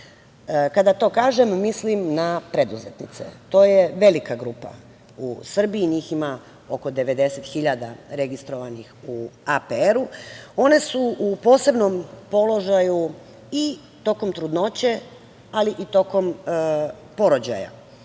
Kada to kažem mislim na preduzetnice. To je velika grupa u Srbiji njih ima oko 90.000 registrovanih u APR-u. One su u posebnom položaju i tokom trudnoće, ali i tokom porođaja,